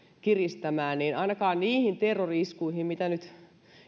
kiristämään ei ainakaan niihin terrori iskuihin mitä nyt